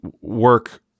work